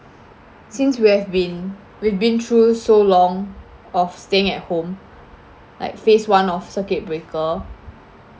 since we have been we've been through so long of staying at home like phase one of circuit breaker